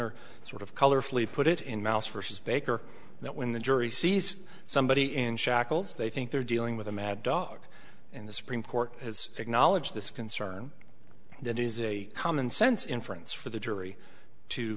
ner sort of colorfully put it in mouse versus baker that when the jury sees somebody in shackles they think they're dealing with a mad dog and the supreme court has acknowledged this concern that is a commonsense inference for the jury to